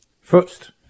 first